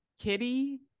Kitty